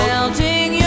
Melting